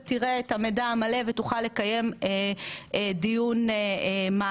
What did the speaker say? תראה את המידע המלא ותדע לקיים דיון מעמיק.